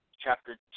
chapter